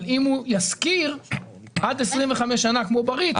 אבל אם הוא ישכיר עד 25 שנים כמו ב-ריט,